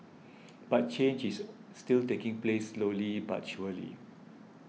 but change is still taking place slowly but surely